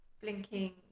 blinking